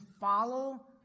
follow